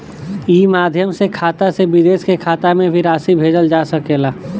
ई माध्यम से खाता से विदेश के खाता में भी राशि भेजल जा सकेला का?